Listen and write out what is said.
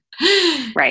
Right